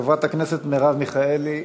חברת הכנסת מרב מיכאלי,